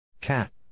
Cat